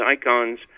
icons